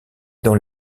dans